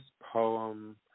poem